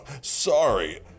sorry